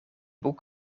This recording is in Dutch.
boek